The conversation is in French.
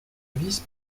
vice